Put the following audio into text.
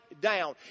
down